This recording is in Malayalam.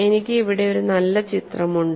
എനിക്ക് ഇവിടെ ഒരു നല്ല ചിത്രം ഉണ്ട്